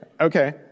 Okay